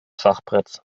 schachbretts